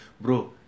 Bro